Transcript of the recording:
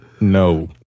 no